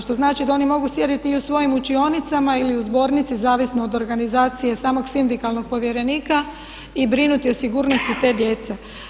Što znači da oni mogu sjediti i u svojim učionicama ili u zbornici zavisno od organizacije samog sindikalnog povjerenika i brinuti o sigurnosti te djece.